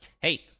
hey